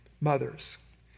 mothers